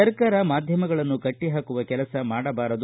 ಸರ್ಕಾರ ಮಾಧ್ಯಮಗಳನ್ನು ಕಟ್ಟಹಾಕುವ ಕೆಲಸ ಮಾಡಬಾರದು